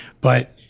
but-